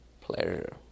pleasure